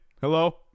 hello